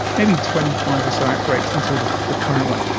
maybe twenty five or so outbreaks until the the current one.